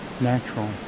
natural